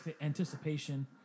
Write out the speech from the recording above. anticipation